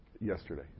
yesterday